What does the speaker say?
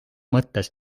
mõttes